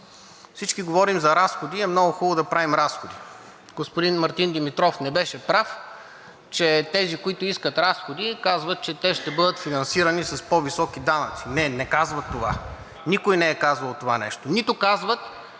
Всички говорим за разходи и е много хубаво да правим разходи. Господин Мартин Димитров не беше прав, че тези, които искат разходи, казват, че те ще бъдат финансирани с по-високи данъци. Не, не казват това и никой не е казвал това нещо. Нито казват,